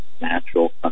natural